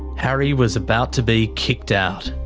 harry was about to be kicked out.